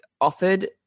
offered